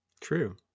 True